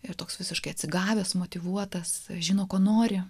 ir toks visiškai atsigavęs motyvuotas žino ko nori